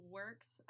works